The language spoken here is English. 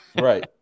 Right